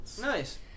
Nice